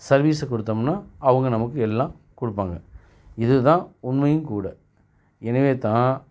சர்வீஸை கொடுத்தோம்னா அவங்க நமக்கு எல்லாம் கொடுப்பாங்க இது தான் உண்மையும் கூட எனவே தான்